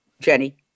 Jenny